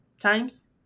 times